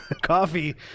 coffee